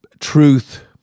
truth